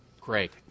Great